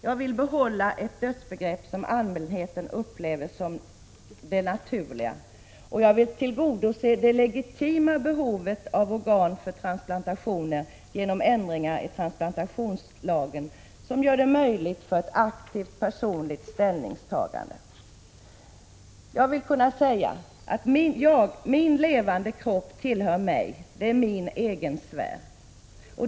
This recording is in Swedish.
Jag vill behålla ett dödsbegrepp som allmänheten upplever som det naturliga, och jag vill tillgodose det legitima behovet av organ för transplantationer genom ändringar i transplantationslagen som möjliggör ett aktivt personligt ställningstagande. Jag vill kunna säga att min levande kropp tillhör mig, att den är min egen sfär.